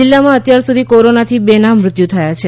જીલ્લામાં અત્યાર સુધી કોરોનાથી બે ના મૃત્યુ થયાં છે